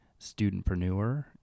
studentpreneur